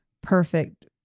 perfect